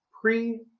pre